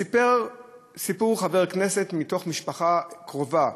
סיפר סיפור חבר כנסת, מתוך משפחה קרובה,